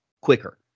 quicker